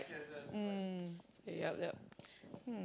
mm yup yup